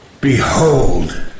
Behold